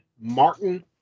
Martin